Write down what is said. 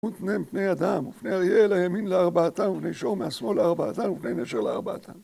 ודמות פניהם פני אדם, ופני אריה אל הימין לארבעתם, ופני שור מהשמאל לארבעתן, ופני נשר לארבעתן.